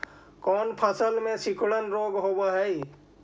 कोन फ़सल में सिकुड़न रोग होब है?